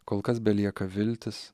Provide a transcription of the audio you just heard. kol kas belieka viltis